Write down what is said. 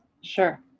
Sure